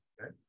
Okay